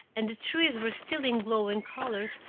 and the trees were still in glowing colors,